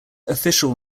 official